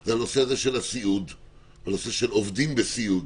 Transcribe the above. זה הנושא של עובדים בסיעוד,